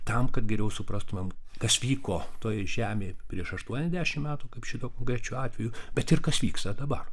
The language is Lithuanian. tam kad geriau suprastumėm kas vyko toj žemėj prieš aštuoniasdešimt metų kaip šituo konkrečiu atveju bet ir kas vyksta dabar